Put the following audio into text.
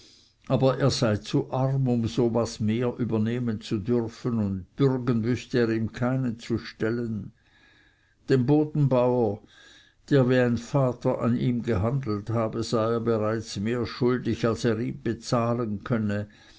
aber er sei zu arm um so was mehr übernehmen zu dürfen und bürgen wüßte er ihm keinen zu stellen dem bodenbauer der wie ein vater an ihm gehandelt habe sei er bereits mehr schuldig als er ihm bezahlen könne